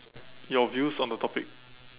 your views on the topic